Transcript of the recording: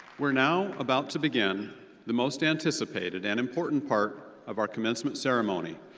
we're now about to begin the most anticipated and important part of our commencement ceremony.